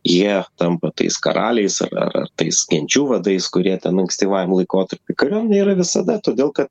jie tampa tais karaliais ar ar ar tais genčių vadais kurie ten ankstyvajam laikotarpiui kuriuomenė yra visada todėl kad